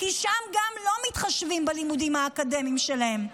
כי שם גם לא מתחשבים בלימודים האקדמיים שלהם.